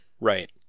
Right